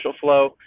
flow